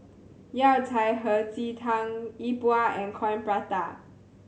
Yao Cai Hei Ji Tang Yi Bua and Coin Prata